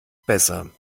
besser